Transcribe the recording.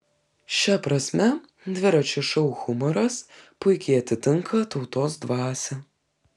šia prasme dviračio šou humoras puikiai atitinka tautos dvasią